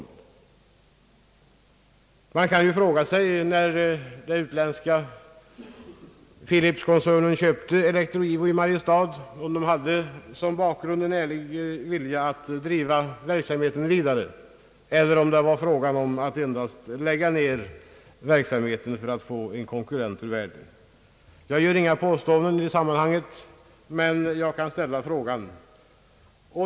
Man kan naturligtvis fråga sig vilka syften som låg bakom Philipkoncernens köp av Elektro-IWO i Mariestad. Köpte man företaget med en allvarlig mening att driva det vidare eller var det för att lägga ned det och få en konkurrent mindre på marknaden? Jag gör inga påståenden, men man kan ställa frågan.